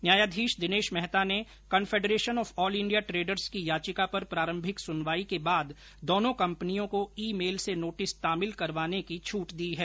न्यायाधीश दिनेश मेहता ने confederation of all India traders की याचिका पर प्रारंभिक ं सुनवाई के बाद दोनों कंपनियों को ईमेल से नोटिस तामील करवाने की छूट दी है